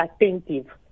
attentive